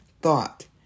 thought